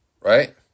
Right